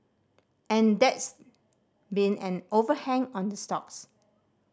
and that's been an overhang on the stocks